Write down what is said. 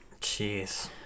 Jeez